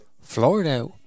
florida